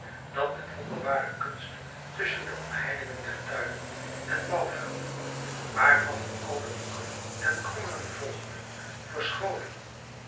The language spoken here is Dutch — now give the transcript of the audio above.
dat met wonderbare kunst tusschen de omheiningen der tuinen en bouwvelden waarvan het al de hoeken en krommingen volgde verscholen